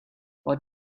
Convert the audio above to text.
what